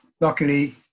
luckily